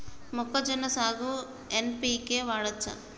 మొక్కజొన్న సాగుకు ఎన్.పి.కే వాడచ్చా?